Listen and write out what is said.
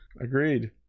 Agreed